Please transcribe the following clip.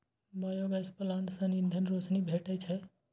biogas plant सं ईंधन, रोशनी भेटै छै